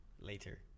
Later